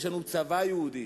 יש לנו צבא יהודי